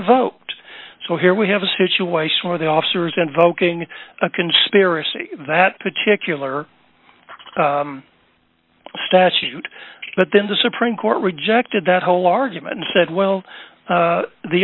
voked so here we have a situation where the officers invoking a conspiracy that particular statute but then the supreme court rejected that whole argument and said well